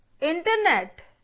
internet